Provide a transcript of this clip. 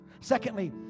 Secondly